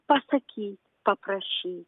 pasakyt paprašyt